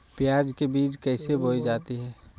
प्याज के बीज कैसे बोई जाती हैं?